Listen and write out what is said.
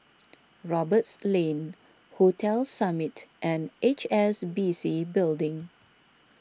Roberts Lane Hotel Summit and H S B C Building